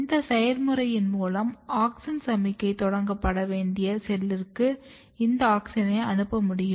இந்த செயல்முறையின் மூலம் ஆக்ஸின் சமிக்ஞை தொடங்கப்பட வேண்டிய செல்லிற்கு இந்த ஆக்ஸினை அனுப்பமுடியும்